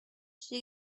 she